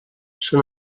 són